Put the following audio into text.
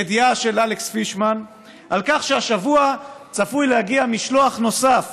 ידיעה של אלכס פישמן על כך שהשבוע צפוי להגיע משלוח נוסף